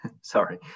sorry